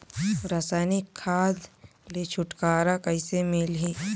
रसायनिक खाद ले छुटकारा कइसे मिलही?